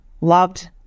loved